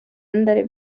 andar